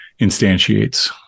instantiates